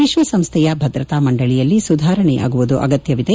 ವಿಶ್ವ ಸಂಸ್ಥೆಯ ಭದ್ರತಾ ಮಂಡಳಿಯಲ್ಲಿ ಸುಧಾರಣೆಯಾಗುವುದು ಅಗತ್ಯವಿದೆ